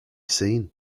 seen